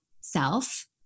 self